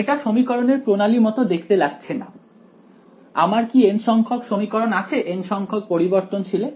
এটা সমীকরণের প্রণালী মত দেখতে লাগছে না আমার কি n সংখ্যক সমীকরণ আছে n সংখ্যক পরিবর্তনশীল এ